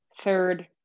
third